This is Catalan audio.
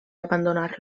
abandonar